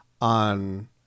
on